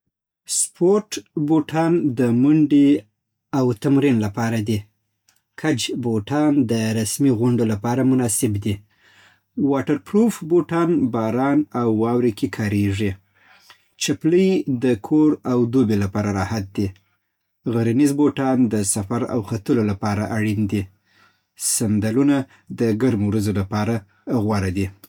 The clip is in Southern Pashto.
سپورت بوټان د منډې او تمرین لپاره دي. کج بوټان د رسمي غونډو لپاره مناسب دي. واټر پروف بوټان باران او واورې کې کارېږي. چپلې د کور او دوبي لپاره راحت دي. غرنیز بوټان د سفر او ختلو لپاره اړین دي. سندلونه د ګرمو ورځو لپاره غوره دي